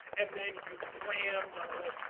and then you, blam, runaway.